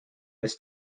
was